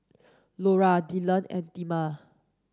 Lora Dylan and Thelma